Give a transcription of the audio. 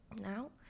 now